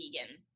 vegan